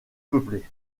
peuplé